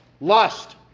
Lust